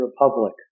republic